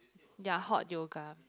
ya hot yoga